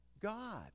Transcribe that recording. God